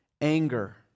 anger